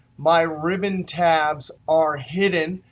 my ribbon tabs are hidden,